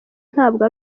ntabwo